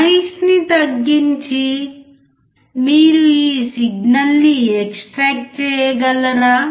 noise ని తగ్గించి మీరు ఈ సిగ్నల్ను ఎక్స్ట్రాట్రాక్ చేయగలరా